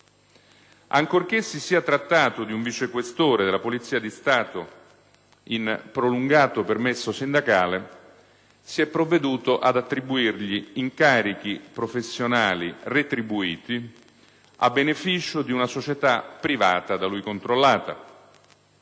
Ancorché si sia trattato di un vice questore della polizia di Stato in prolungato permesso sindacale, si è provveduto ad attribuirgli incarichi professionali retribuiti a beneficio di una società privata da lui controllata.